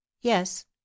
yes